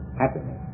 happiness